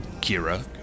Kira